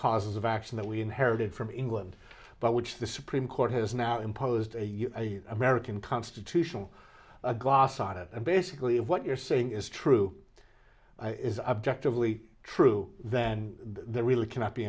causes of action that we inherited from england but which the supreme court has now imposed american constitutional gloss on and basically what you're saying is true is objectively true then the really cannot be